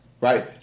right